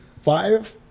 five